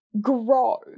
grow